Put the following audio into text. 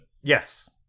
yes